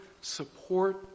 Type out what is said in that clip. support